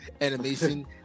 Animation